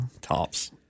tops